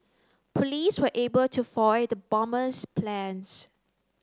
police were able to foil the bomber's plans